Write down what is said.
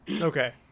Okay